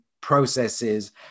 processes